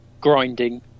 Grinding